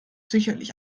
sicherlich